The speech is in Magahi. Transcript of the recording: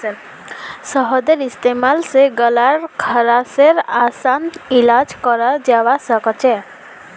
शहदेर इस्तेमाल स गल्लार खराशेर असान इलाज कराल जबा सखछे